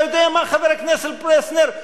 אתה יודע מה, חבר הכנסת פלסנר?